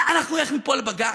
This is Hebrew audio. אנחנו נלך מפה לבג"ץ.